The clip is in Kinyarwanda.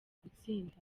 gutsinda